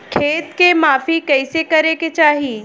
खेत के माफ़ी कईसे करें के चाही?